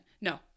No